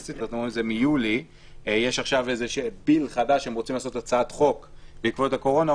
מיולי יש הצעת חוק חדשה שהם רוצים לעשות בעקבות הקורונה,